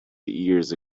years